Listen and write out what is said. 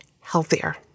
healthier